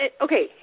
Okay